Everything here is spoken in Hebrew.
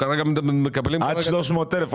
עד 300 אלף.